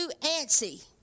antsy